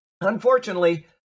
Unfortunately